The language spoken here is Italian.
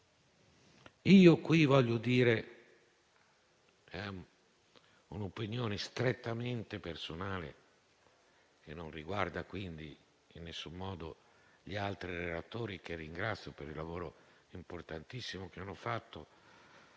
proposito voglio esprimere una opinione strettamente personale che non riguarda in nessun modo gli altri relatori, che ringrazio per il lavoro importantissimo che hanno svolto.